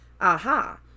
Aha